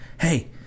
Hey